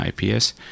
ips